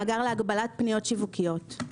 להגבלת פניות שיווקיות.